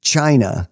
China